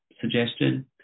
suggestion